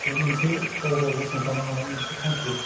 बे मोनसे गाव गाव गसंथानो हानाय मोनसे थांखि